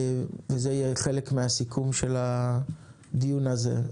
זה יהיה חלק מהסיכום של הדיון הזה.